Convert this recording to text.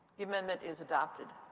the amendment is adopted.